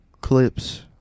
clips